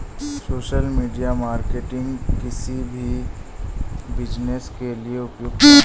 social media marketing किसी भी business के लिए उपयुक्त है